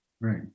Right